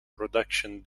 production